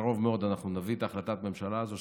ובקרוב מאוד אנחנו נביא את החלטת הממשלה הזו,